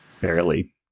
barely